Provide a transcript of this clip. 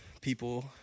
people